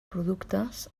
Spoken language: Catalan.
productes